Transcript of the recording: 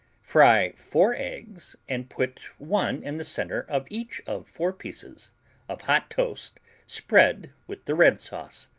fry four eggs and put one in the center of each of four pieces of hot toast spread with the red sauce.